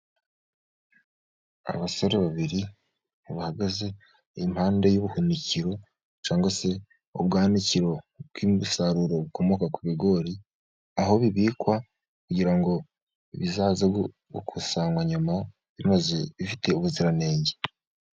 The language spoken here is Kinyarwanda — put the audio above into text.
Abasore babiri bahagaze impande y'ubuhunikiro, cyangwa se ubwanikiro, bw'umusaruro ukomoka ku bigori, aho bibikwa kugira ngo bizaze gukusanywa nyuma, bifite ubuziranenge.